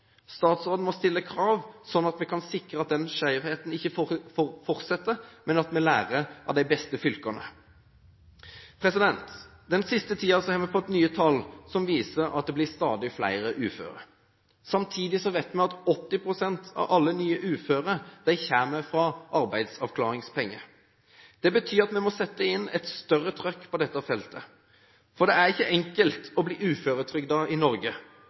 Statsråden må stille krav, slik at vi kan sikre at denne skjevheten ikke fortsetter, og at vi lærer av de beste fylkene. Den siste tiden har vi fått nye tall som viser at det blir stadig flere uføre. Samtidig vet vi at 80 pst. av alle nye uføre kommer fra arbeidsavklaringspenger. Det betyr at vi må sette inn et større trykk på dette feltet. For det er ikke enkelt å bli uføretrygdet i Norge,